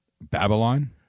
Babylon